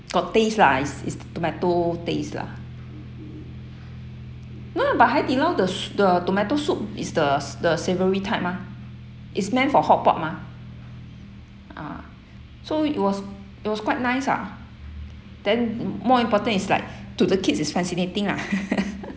got taste lah is is tomato taste lah not lah but haidilao the s~ the tomato soup is the s~ the savoury type mah is meant for hotpot mah ah so it was it was quite nice ah then and more important is like to the kids is fascinating lah